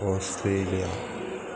Australia